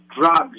drugs